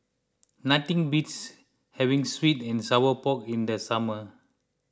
nothing beats having Sweet and Sour Pork in the summer